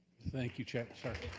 thank you, chancellor.